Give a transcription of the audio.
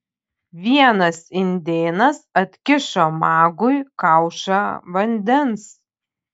vienas indėnas atkišo magui kaušą vandens